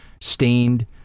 stained